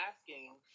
asking